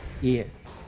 yes